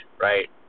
right